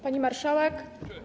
Pani Marszałek!